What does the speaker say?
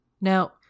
Now